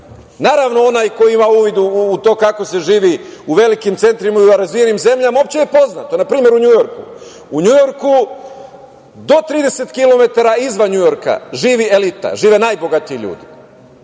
naravno, onaj ko ima uvida u to kako se živi u velikim centrima u razvijenim zemljama, uopšteno je poznato. Na primer u Njujorku, do 30 kilometara izvan Njujorka živi elita, žive najbogatiji ljudi.